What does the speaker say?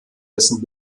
dessen